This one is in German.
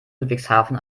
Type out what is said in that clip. ludwigshafen